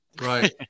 Right